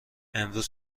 امروز